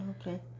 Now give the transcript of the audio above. Okay